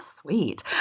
sweet